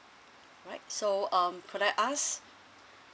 alright so um can I ask